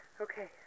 okay